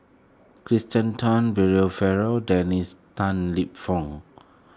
Kirsten Tan Brian Farrell Dennis Tan Lip Fong